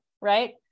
right